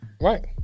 Right